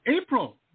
April